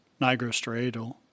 nigrostriatal